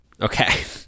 Okay